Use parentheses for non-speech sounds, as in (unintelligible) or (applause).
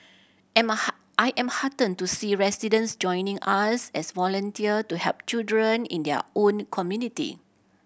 (unintelligible) I am heartened to see residents joining us as volunteer to help children in their own community